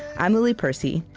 i'm lily percy,